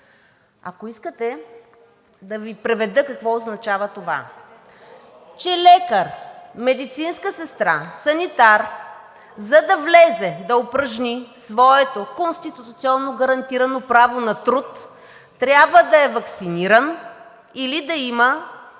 Ако искате да Ви преведа какво означава това? Че лекар, медицинска сестра, санитар, за да влезе да упражни своето конституционно гарантирано право на труд, трябва да е ваксиниран или да има